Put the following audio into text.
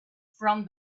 from